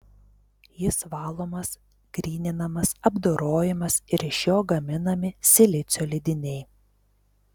jis valomas gryninamas apdorojamas ir iš jo gaminami silicio lydiniai